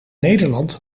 nederland